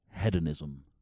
hedonism